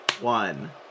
one